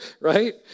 Right